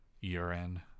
urine